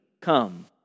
come